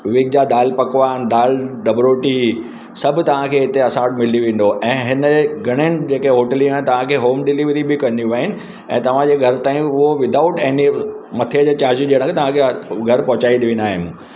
wig जा दाल पकवान दाल डबरोटी सभु तव्हां खे हिते असां वटि मिली वेंदो ऐं हिन घणेनि जेके होटलूं आहिनि तव्हां खे होम डिलीवरी बि कंदियूं आहिनि ऐं तव्हां जे घर ताईं उहो विदाउट एनी मथे जे चार्ज ॾियणा तव्हां खे घरु पहुचाए ॾींदा आहियूं